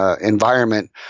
environment